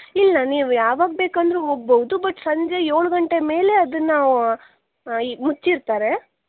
ಇಲ್ಲ ನೀವು ಯಾವಾಗ ಬೇಕೆಂದರೂ ಹೋಗಬಹುದು ಬಟ್ ಸಂಜೆ ಏಳು ಗಂಟೆ ಮೇಲೆ ಅದನ್ನು ಇ ಮುಚ್ಚಿರ್ತಾರೆ